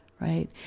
right